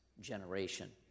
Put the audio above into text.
generation